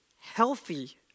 healthy